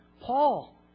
Paul